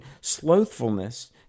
slothfulness